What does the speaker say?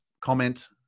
comment